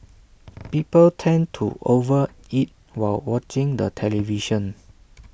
people tend to over eat while watching the television